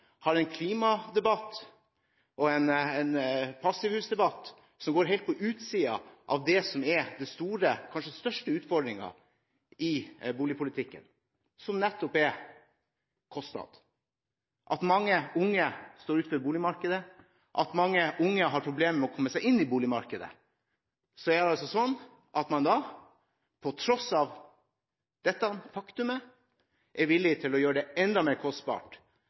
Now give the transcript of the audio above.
har en klimadebatt og en passivhusdebatt som går helt på utsiden av det som er den store – kanskje den største – utfordringen i boligpolitikken, det som nettopp er kostnad, og det at mange unge står utenfor boligmarkedet og har problemer med å komme seg inn i boligmarkedet. På tross av dette er man altså villig til å gjøre det enda mer kostbart